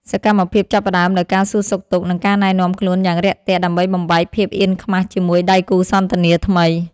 សកម្មភាពចាប់ផ្ដើមដោយការសួរសុខទុក្ខ និងការណែនាំខ្លួនយ៉ាងរាក់ទាក់ ដើម្បីបំបែកភាពអៀនខ្មាសជាមួយដៃគូសន្ទនាថ្មី។